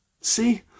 See